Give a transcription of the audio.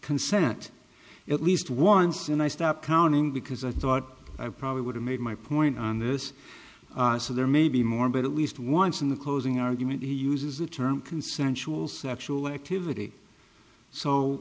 consent at least once and i stopped counting because i thought i probably would have made my point on this so there may be more but at least once in the closing argument he uses the term consensual sexual activity so